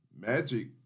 Magic